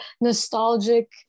nostalgic